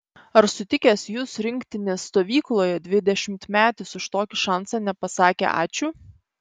ar sutikęs jus rinktinės stovykloje dvidešimtmetis už tokį šansą nepasakė ačiū